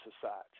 society